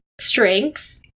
strength